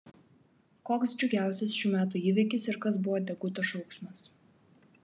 koks džiugiausias šių metų įvykis ir kas buvo deguto šaukštas